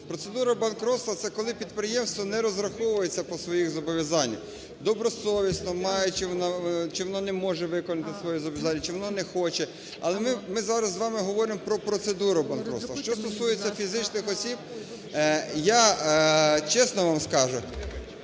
Процедура банкрутства – це коли підприємство не розраховується по своїм зобов'язанням добросовісно, має чи… чи воно не може виконати свої зобов'язання, чи воно не хоче. Але ми зараз з вами говорим про процедуру банкрутства. Що стосується фізичних осіб. Я чесно вам скажу,